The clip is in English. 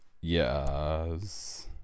Yes